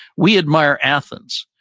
we admire athens,